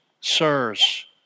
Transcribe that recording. Sirs